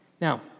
Now